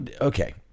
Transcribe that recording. okay